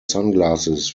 sunglasses